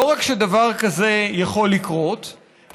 שלא רק שדבר כזה יכול לקרות,